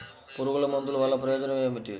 పురుగుల మందుల వల్ల ప్రయోజనం ఏమిటీ?